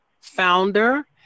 founder